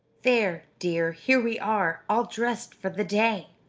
there, dear, here we are, all dressed for the day!